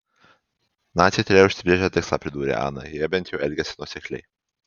naciai turėjo užsibrėžę tikslą pridūrė ana jie bent jau elgėsi nuosekliai